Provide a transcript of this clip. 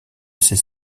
ses